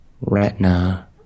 retina